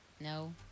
No